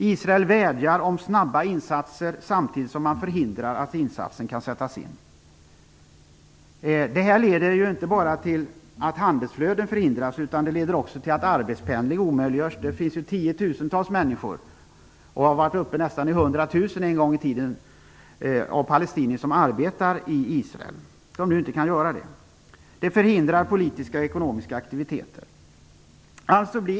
Israel vädjar om snabba insatser samtidigt som man förhindrar att insatsen sätts in. Det leder inte bara till att handelsflödet förhindras utan också till att arbetspendling omöjliggörs. Det finns tiotusentals palestinier - det var nästan uppe i 100 000 en gång i tiden - som arbetar i Israel och som nu inte kan göra det. Det förhindrar politiska och ekonomiska aktiviteter.